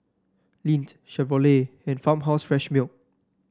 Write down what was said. Lindt Chevrolet and Farmhouse Fresh Milk